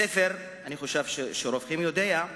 הספר, אני חושב שרובכם יודעים,